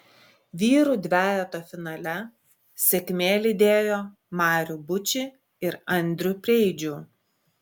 vyrų dvejeto finale sėkmė lydėjo marių bučį ir andrių preidžių